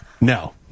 No